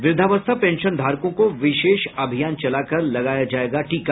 वृद्धावस्था पेंशन धारकों को विशेष अभियान चलाकर लगाया जायेगा टीका